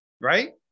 Right